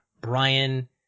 Brian